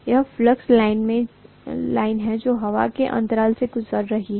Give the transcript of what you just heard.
यह flux line है जो हवा के अंतराल से गुजर रही है